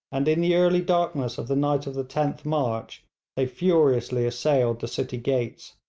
and in the early darkness of the night of the tenth march they furiously assailed the city gates.